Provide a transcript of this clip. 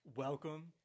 Welcome